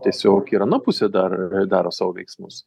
tiesiog ir ana pusė dar daro savo veiksmus